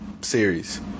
series